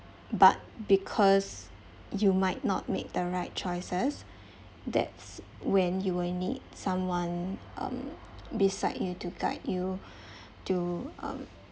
but because you might not make the right choices that's when you will need someone um beside you to guide you to um